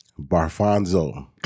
Barfonzo